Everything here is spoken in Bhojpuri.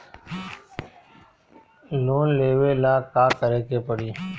लोन लेवे ला का करे के पड़ी?